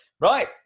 Right